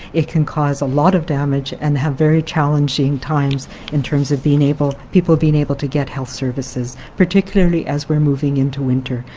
it can cause a lot of damage and have very challenging times in terms of being people being able to get health services, particularly as we're moving into winter.